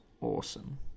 awesome